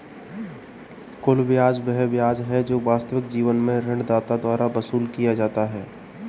कुल ब्याज वह ब्याज है जो वास्तविक जीवन में ऋणदाता द्वारा वसूल किया जाता है